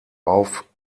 auf